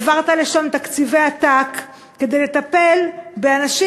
העברת לשם תקציבי עתק כדי לטפל באנשים